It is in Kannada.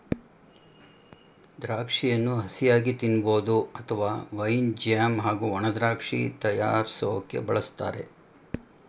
ದ್ರಾಕ್ಷಿಯನ್ನು ಹಸಿಯಾಗಿ ತಿನ್ಬೋದು ಅತ್ವ ವೈನ್ ಜ್ಯಾಮ್ ಹಾಗೂ ಒಣದ್ರಾಕ್ಷಿ ತಯಾರ್ರ್ಸೋಕೆ ಬಳುಸ್ತಾರೆ